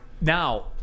now